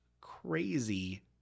crazy